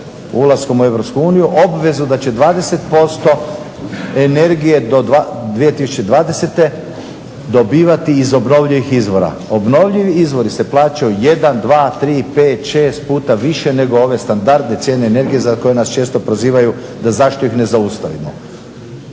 ulaskom u EU obvezu da će 20% energije do 2020. dobivati iz obnovljivih izvora. Obnovljivi izvori se plaćaju 1, 2, 3, 5, 6 puta više nego ove standardne cijene energije za koje nas često prozivaju da zašto ih ne zaustavimo.